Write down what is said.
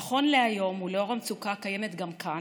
נכון להיום, ולאור המצוקה הקיימת גם כאן,